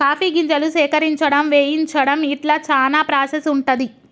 coffee గింజలు సేకరించడం వేయించడం ఇట్లా చానా ప్రాసెస్ ఉంటది